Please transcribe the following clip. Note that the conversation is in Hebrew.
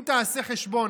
אם תעשה חשבון,